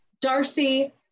Darcy